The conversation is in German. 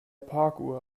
parkuhr